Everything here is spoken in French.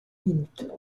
minute